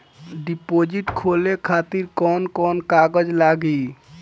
Deposit खोले खातिर कौन कौन कागज लागी?